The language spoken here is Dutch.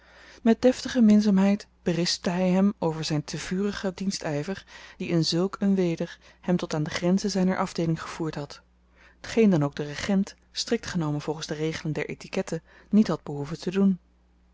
met deftige minzaamheid berispte hy hem over zyn te vurigen dienstyver die in zùlk een weder hem tot aan de grenzen zyner afdeeling gevoerd had tgeen dan ook de regent strikt genomen volgens de regelen der etikette niet had behoeven te doen